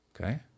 Okay